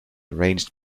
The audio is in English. arranged